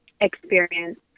experience